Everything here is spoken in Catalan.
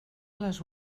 les